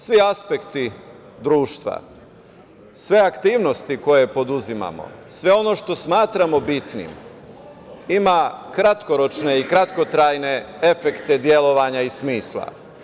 Svi aspekti društva, sve aktivnosti koje poduzimamo, sve ono što smatramo bitnim ima kratkoročne i kratkotrajne efekte delovanja i smisla.